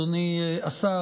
אדוני השר,